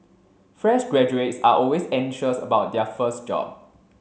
fresh graduates are always anxious about their first job